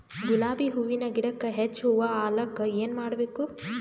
ಗುಲಾಬಿ ಹೂವಿನ ಗಿಡಕ್ಕ ಹೆಚ್ಚ ಹೂವಾ ಆಲಕ ಏನ ಮಾಡಬೇಕು?